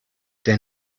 der